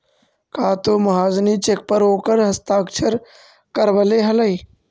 का तु महाजनी चेक पर ओकर हस्ताक्षर करवले हलहि